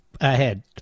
ahead